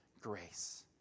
grace